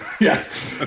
Yes